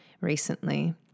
recently